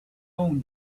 own